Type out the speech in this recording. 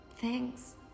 thanks